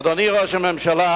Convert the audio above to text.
אדוני ראש הממשלה,